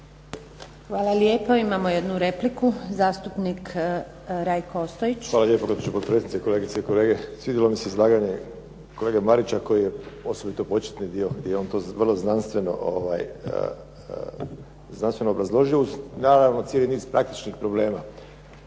Hvala lijepo. Imamo jednu repliku, zastupnik Rajko Ostojić. **Ostojić, Rajko (SDP)** Hvala lijepo gospođo potpredsjednice, kolegice i kolege. Svidjelo mi se izlaganja kolege Marića koji je osobito početni dio i on to vrlo znanstveno obrazložio uz naravno cijeli niz praktičnih problema.